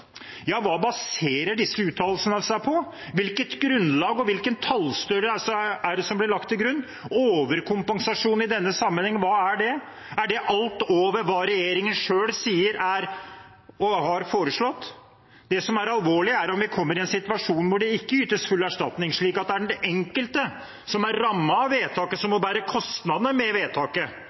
Hva baserer disse uttalelsene seg på? Hvilket grunnlag og hvilken tallstørrelse er det som blir lagt til grunn? Hva er overkompensasjon i denne sammenheng? Er det alt over hva regjeringen selv har foreslått? Det som ville være alvorlig, er om vi kommer i en situasjon hvor det ikke ytes full erstatning, slik at det er den enkelte som er rammet av vedtaket, som må bære kostnadene av vedtaket.